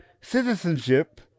citizenship